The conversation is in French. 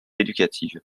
éducative